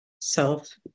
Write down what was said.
self